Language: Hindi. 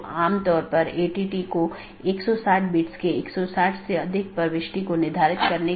अगर हम पिछले व्याख्यान या उससे पिछले व्याख्यान में देखें तो हमने चर्चा की थी